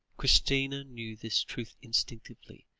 christina knew this truth instinctively,